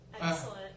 Excellent